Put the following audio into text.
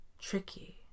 tricky